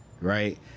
Right